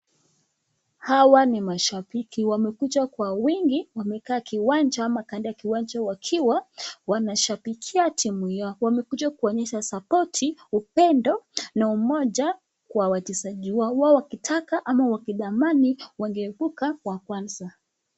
Hawa ni washabiki wamekuja kwa wingi, wamekaa kwa uwanja ama kando ya kiwanja wakiwa wanashabikia timu yao, Wamekuja kuonyesha sapoti, upendo, na umoja kwa wachezaji wao wakitaka, ama wakitamani wangeepuka wa kwanza.